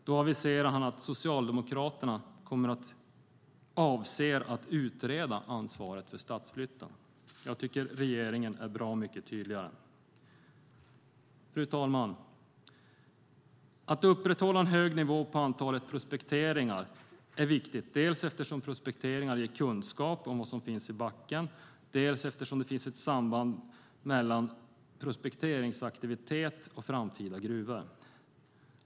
Då aviserade han att Socialdemokraterna "avser att utreda" ansvaret för stadsflytten. Jag tycker att regeringen är bra mycket tydligare. Fru talman! Att upprätthålla en hög nivå på antalet prospekteringar är viktigt, dels eftersom prospekteringarna ger kunskap om vad som finns i marken, dels eftersom det finns ett samband mellan prospekteringsaktivitet och framtida gruvor.